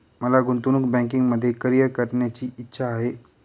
मला गुंतवणूक बँकिंगमध्ये करीअर करण्याची इच्छा आहे